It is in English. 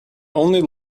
only